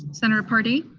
senator paradee?